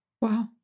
Wow